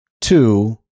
two